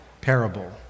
parable